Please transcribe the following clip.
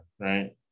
right